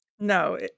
no